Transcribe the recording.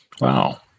Wow